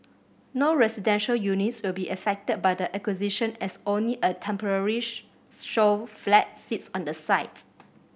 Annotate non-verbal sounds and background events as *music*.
no residential units will be affected by the acquisition as only a temporary *unintelligible* show flat sits on the site